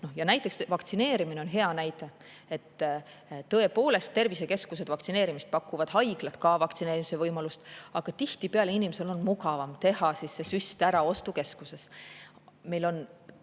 Ja näiteks, vaktsineerimine on hea näide. Tõepoolest, tervisekeskused pakuvad vaktsineerimist, haiglad ka [pakuvad] vaktsineerimise võimalust, aga tihtipeale inimesel on mugavam teha see süst ära ostukeskuses. Meil on